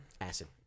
Acid